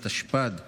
התשפ"ד 2024,